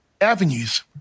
avenues